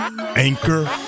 Anchor